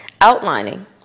outlining